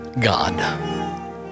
God